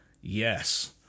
Yes